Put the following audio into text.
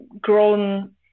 grown